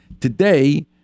Today